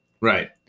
Right